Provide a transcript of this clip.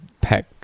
pack